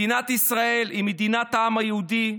מדינת ישראל היא מדינת העם היהודי.